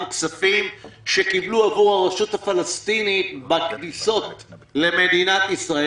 כספים שקיבלו עבור הרשות הפלסטינית בכניסות למדינת ישראל,